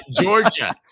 Georgia